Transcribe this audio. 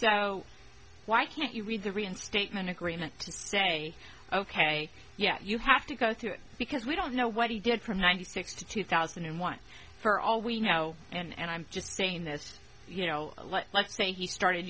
so why can't you read the reinstatement agreement to say ok yeah you have to go through it because we don't know what he did for ninety six to two thousand and one for all we know and i'm just saying that you know let's say he started